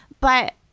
but-